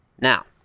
now